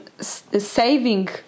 saving